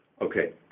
Okay